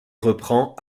reprend